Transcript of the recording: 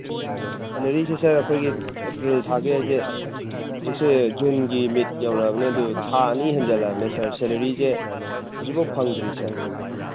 ꯁꯦꯂꯔꯤꯁꯦ sir ꯑꯩꯈꯣꯏꯒꯤ April ꯊꯥꯒꯤ ꯍꯥꯏꯁꯦ ꯍꯧꯖꯤꯛꯁꯦ ꯖꯨꯟꯒꯤ ꯃꯤꯠ ꯌꯧꯔꯛꯑꯕꯅꯦ ꯑꯗꯨ ꯊꯥ ꯑꯅꯤ ꯍꯦꯟꯖꯤꯜꯂꯛꯑꯕꯅꯦ ꯁꯥꯔ ꯁꯦꯂꯔꯤꯁꯦ ꯍꯧꯖꯤꯛ ꯐꯥꯎ ꯐꯪꯗ꯭ꯔꯤ ꯁꯥꯔ